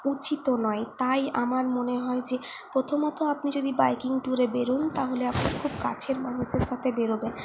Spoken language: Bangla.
উচিতও নয় তাই আমার মনে হয় যে প্রথমত আপনি যদি বাইকিং ট্যুরে বেরোন তাহলে আপনার খুব কাছের মানুষের সাথে বেরোবেন